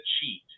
cheat